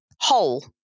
whole